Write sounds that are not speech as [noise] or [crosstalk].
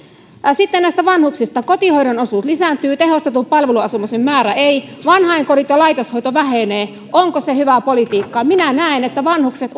sitten näistä vanhuksista kotihoidon osuus lisääntyy tehostetun palveluasumisen määrä ei vanhainkodit ja laitoshoito vähenevät onko se hyvää politiikkaa minä näen että vanhukset [unintelligible]